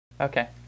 Okay